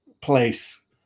Place